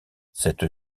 cette